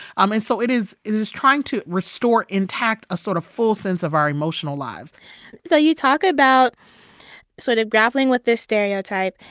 um and so it is it is trying to restore intact a sort of full sense of our emotional lives so you talk about sort of grappling with this stereotype.